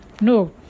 no